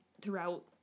throughout